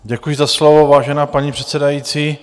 Děkuji za slovo, vážená paní předsedající.